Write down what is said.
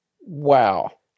wow